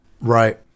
Right